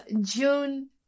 June